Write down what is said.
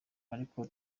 ariko